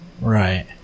Right